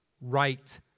right